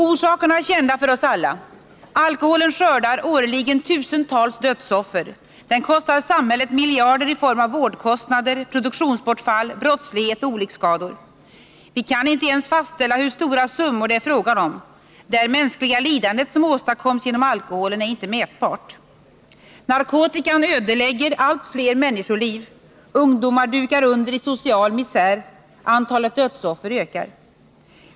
Orsakerna är kända för oss alla: Alkoholen skördar årligen tusentals dödsoffer, den kostar samhället miljarder i form av vårdkostnader, produktionsbortfall, brottslighet och olycksskador. Vi kan inte ens fastställa hur stora summor det är fråga om. Det mänskliga lidande som åstadkoms genom alkoholen är inte mätbart. Narkotikan ödelägger allt fler människoliv. Ungdomar dukar under i social misär. Antalet dödsoffer ökar.